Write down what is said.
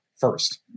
first